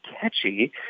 catchy